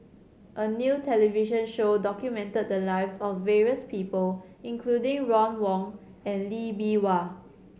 a new television show documented the lives of various people including Ron Wong and Lee Bee Wah